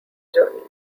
journalist